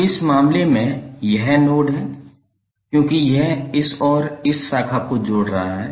अब इस मामले में यह नोड है क्योंकि यह इस और इस शाखा को जोड़ रहा है